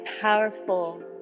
powerful